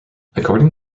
according